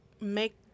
make